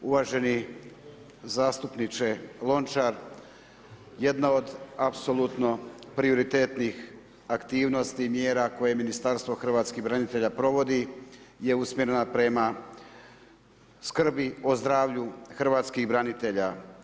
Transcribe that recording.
Uvaženi zastupniče Lončar, jedna od apsolutno prioritetnih aktivnosti i mjera koje Ministarstvo hrvatskih branitelja provodi je usmjereno prema skrbi o zdravlju hrvatskih branitelja.